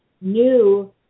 new